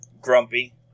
grumpy